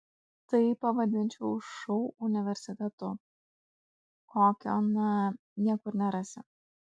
tai pavadinčiau šou universitetu kokio na niekur nerasi